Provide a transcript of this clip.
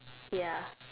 ya